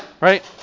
Right